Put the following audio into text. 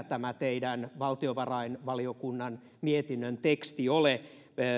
tämä teidän valtiovarainvaliokunnan mietinnön teksti kovin tömäkkää ole